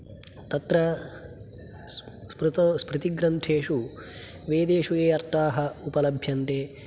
तत्र स्मृतौ स्मृतिग्रन्थेषु वेदेषु ये अर्था उपलभ्यन्ते